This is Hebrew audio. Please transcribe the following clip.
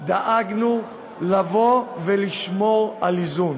דאגנו לבוא ולשמור על איזון.